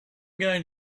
going